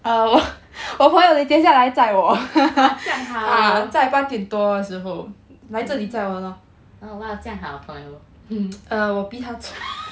oh 这样好 oh !wow! 这样好有